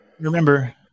Remember